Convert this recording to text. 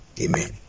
amen